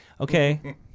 Okay